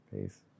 Peace